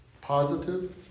Positive